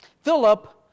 Philip